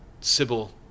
Sybil